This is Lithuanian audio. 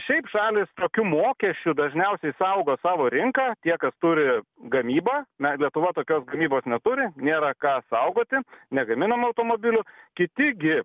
šiaip šalys tokiu mokesčiu dažniausiai saugo savo rinką tie kas turi gamybą na lietuva tokios gamybos neturi nėra ką saugoti negaminam automobilių kiti gi